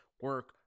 Work